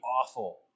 awful